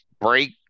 break